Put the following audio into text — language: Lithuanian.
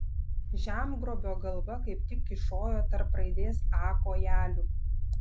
žemgrobio galva kaip tik kyšojo tarp raidės a kojelių